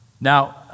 Now